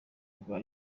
rwa